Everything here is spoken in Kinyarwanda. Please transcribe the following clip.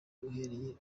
uhereye